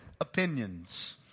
opinions